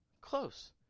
close